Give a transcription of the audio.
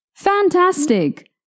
Fantastic